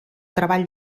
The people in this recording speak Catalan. treball